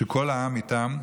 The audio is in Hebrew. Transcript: שכל העם איתם,